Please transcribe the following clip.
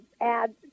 add